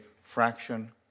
fraction